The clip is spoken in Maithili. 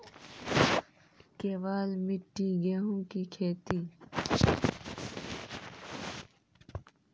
केवल मिट्टी गेहूँ की खेती?